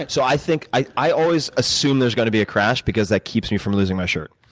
and so i think i i always assume there's going to be a crash because that keeps me from losing my shirt.